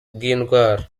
bw’indwara